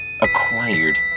acquired